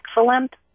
excellent